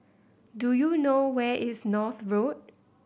do you know where is North Road